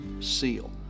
seal